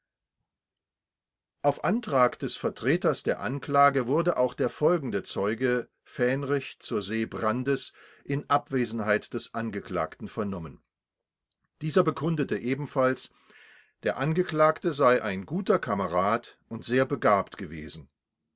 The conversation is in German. auf antrag des vertreters der anklage wurde auch der folgende zeuge fähnrich z s brandes in abwesenheit des angeklagten vernommen dieser bekundete ebenfalls der angeklagte sei ein guter kamerad und sehr begabt gewesen